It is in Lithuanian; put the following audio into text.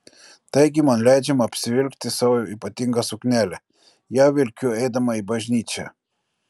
taigi man leidžiama apsivilkti savo ypatingą suknelę ją vilkiu eidama į bažnyčią